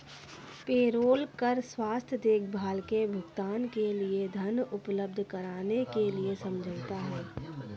payroll कर स्वास्थ्य देखभाल के भुगतान के लिए धन उपलब्ध कराने के लिए समझौता है